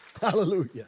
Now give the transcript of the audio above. Hallelujah